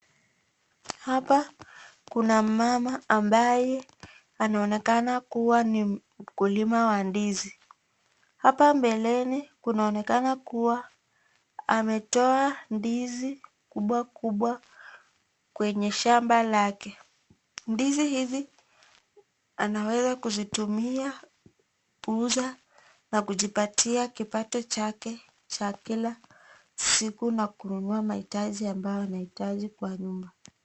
Hapa kuna mama ambaye anaonekana kuwa ni mkulima wa ndizi. Hapa mbeleni kunaonekana kuwa ametoa ndizi kubwa kubwa kwenye shamba lake. Ndizi hizi anaweza kuzitumia kuuza na kujipatia kipato chake cha kila siku na kununua mahitaji ambayo anahitaji kwa nyumba.